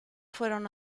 fueron